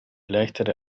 leichtere